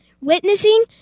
Witnessing